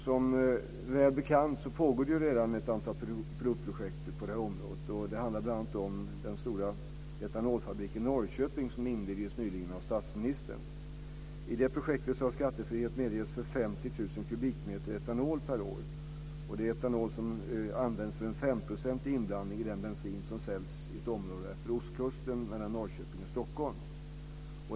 Som bekant pågår det redan ett antal pilotprojekt på området. Det handlar bl.a. om den stora etanolfabrik i Norrköping som nyligen invigdes av statsministern. I det projektet har skattefrihet medgetts för 50 000 kubikmeter etanol per år. Det är etanol som används för en 5-procentig inblandning i den bensin som säljs i ett område utefter ostkusten mellan Norrköping och Stockholm.